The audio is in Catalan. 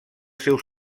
seus